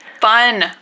fun